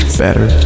better